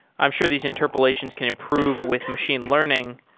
i'm sure these interpolations can improve with machine learning.